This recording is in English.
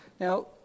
Now